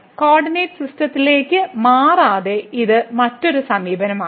coordinate സിസ്റ്റത്തിലേക്ക് മാറാതെ ഇത് മറ്റൊരു സമീപനമാണ്